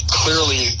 clearly